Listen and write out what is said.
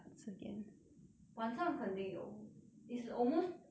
晚上肯定有 is almost 二十四小时的